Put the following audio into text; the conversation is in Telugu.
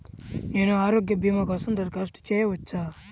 నేను ఆరోగ్య భీమా కోసం దరఖాస్తు చేయవచ్చా?